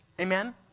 Amen